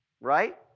Right